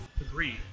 Agreed